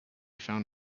found